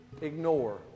ignore